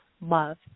love